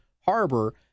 Harbor